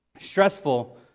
stressful